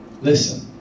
Listen